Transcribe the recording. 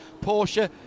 Porsche